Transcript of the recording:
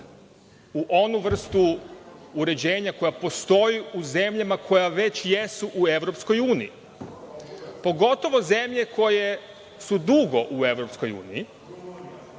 u onu vrstu uređenja koja postoji u zemljama koje već jesu u Evropskoj uniji, pogotovo zemlje koje su dugo u Evropskoj